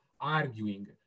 arguing